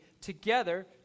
together